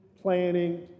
planning